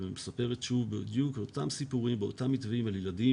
שמספרת את אותם סיפורים ואותם מתווים על ילדים